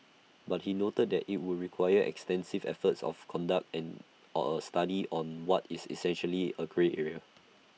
but he noted that IT would require extensive efforts of conduct and on A study on what is essentially A grey area